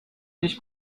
nicht